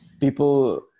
people